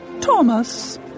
Thomas